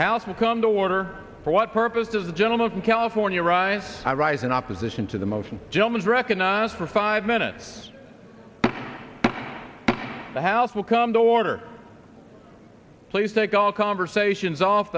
house will come to order for what purpose does the gentleman from california arise i rise in opposition to the motion gentleman's recognized for five minutes the house will come to order please take all conversations off